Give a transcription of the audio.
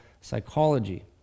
psychology